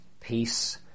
peace